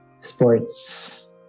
sports